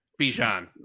Bijan